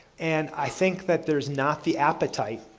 and i think that there's not the appetite,